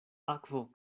akvo